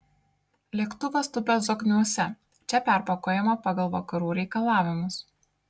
lėktuvas tupia zokniuose čia perpakuojama pagal vakarų reikalavimus